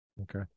Okay